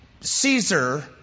Caesar